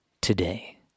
today